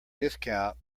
discount